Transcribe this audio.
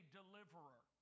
deliverer